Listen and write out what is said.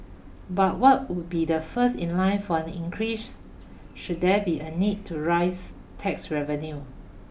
but what would be the first in line from an increase should there be a need to rise tax revenue